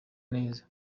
neza